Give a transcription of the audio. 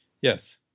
Yes